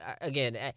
again